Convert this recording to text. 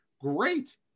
Great